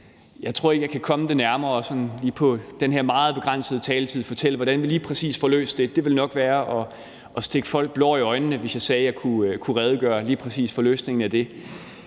Jeg tror ikke, at jeg kan komme det nærmere inden for den her meget begrænsede taletid med hensyn til at fortælle, hvordan vi lige præcis får løst det. Det ville nok være at stikke folk blår i øjnene, hvis jeg sagde, at jeg kunne redegøre lige præcis for løsningen på det.